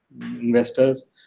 investors